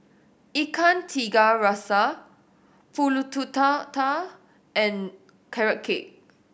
Ikan Tiga Rasa Pulut Tatal and Carrot Cake